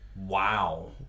Wow